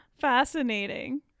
Fascinating